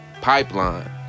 pipeline